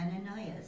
Ananias